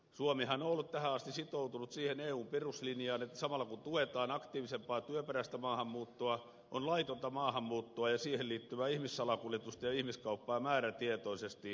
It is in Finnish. suomihan on ollut tähän asti sitoutunut siihen eun peruslinjaan että samalla kun tuetaan aktiivisempaa työperäistä maahanmuuttoa on laitonta maahanmuuttoa ja siihen liittyvää ihmissalakuljetusta ja ihmiskauppaa määrätietoisesti torjuttava